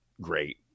great